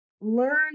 learn